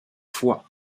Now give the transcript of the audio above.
foi